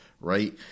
right